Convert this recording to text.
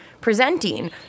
presenting